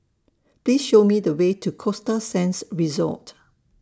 Please Show Me The Way to Costa Sands Resort